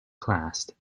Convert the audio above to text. classed